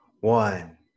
one